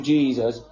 Jesus